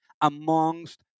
amongst